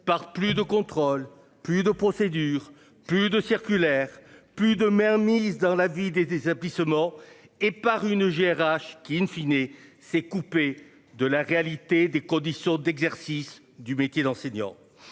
par plus de contrôle plus de procédure plus de circulaires plus de mer mise dans la vie des des établissements et par une GRH qui in fine et s'est coupé de la réalité des conditions d'exercice du métier d'enseignant.